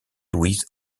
louise